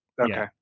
okay